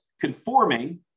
conforming